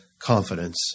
confidence